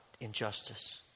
injustice